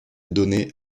donné